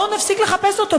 בואו נפסיק לחפש אותו.